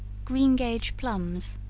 green gage plums.